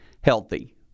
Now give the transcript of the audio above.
healthy